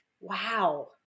Wow